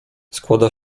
składa